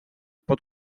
pot